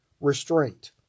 restraint